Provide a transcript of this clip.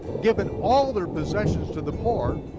given all their possessions to the poor,